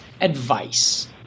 advice